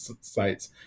sites